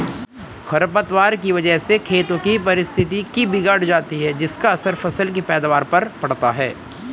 खरपतवार की वजह से खेतों की पारिस्थितिकी बिगड़ जाती है जिसका असर फसल की पैदावार पर पड़ता है